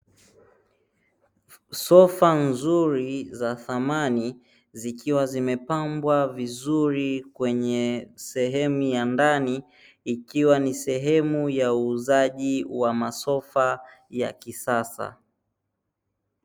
Sofa nzuri za samani zikiwa zimepambwa vizuri kwenye sehemu ya ndani ikiwa ni sehemu ya uuzaji wa masofa ya kisasa.